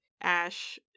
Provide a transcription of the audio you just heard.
Ash